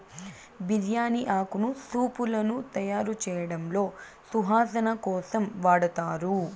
బిర్యాని ఆకును సూపులను తయారుచేయడంలో సువాసన కోసం వాడతారు